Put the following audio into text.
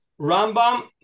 Rambam